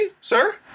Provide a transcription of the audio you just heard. Sir